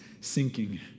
sinking